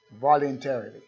Voluntarily